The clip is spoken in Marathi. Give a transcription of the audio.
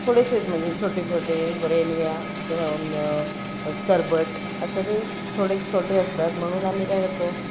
थोडेसेच म्हणजे छोटे छोटे वरेनव्या स न चरबट असे ते थोडे छोटे असतात म्हणून आम्ही काय करतो